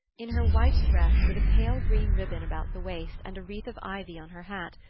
in her white dress, with a pale green ribbon about the waist and a wreath of ivy on her hat,